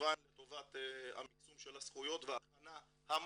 כמובן לטובת המיקסום של הזכויות וההכנה המקדימה,